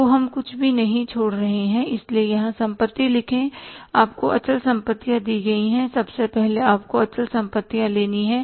तो हम कुछ भी नहीं छोड़ रहे हैं इसलिए यहां संपत्ति लिखें आपको अचल संपत्तियां दी गई हैं सबसे पहले आपको अचल संपत्तियां लेनी हैं